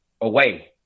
away